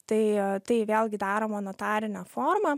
tai tai vėlgi daroma notarine forma